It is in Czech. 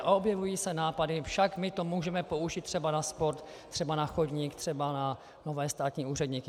Objevují se nápady: Však my to můžeme použít třeba na sport, třeba na chodník, třeba na nové státní úředníky.